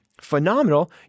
Phenomenal